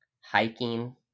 hiking